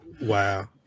Wow